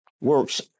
works